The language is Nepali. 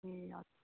ए हजुर